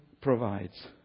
provides